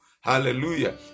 Hallelujah